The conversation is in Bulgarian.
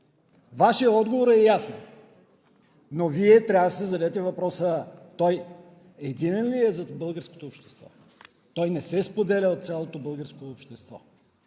Вашият отговор е ясен, но Вие трябва да си зададете въпроса: той единен ли е за българското общество? Той не се споделя от цялото българско общество.